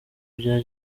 bya